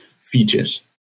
features